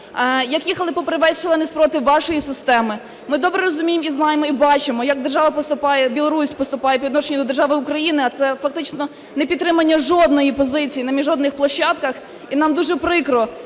як їхали попри весь шалений спротив вашої системи. Ми добре розуміємо і знаємо, і бачимо, як держава поступає, Білорусь поступає по відношенню до держави Україна, а це фактично непідтримання жодної позиції на міжнародних площадках. І нам дуже прикро,